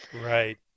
Right